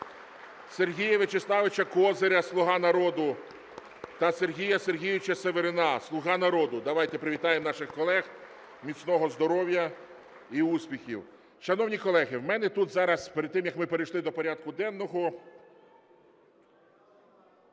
Сергія В'ячеславовича Козиря, "Слуга народу". (Оплески) Та Сергія Сергійовича Северина, "Слуга народу". (Оплески) Давайте привітаємо наших колег. Міцного здоров'я і успіхів! Шановні колеги, у мене тут зараз, перед тим як ми перейшли до порядку денного…